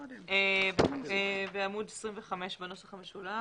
בעמוד 25 בנוסח המשולב.